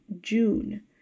June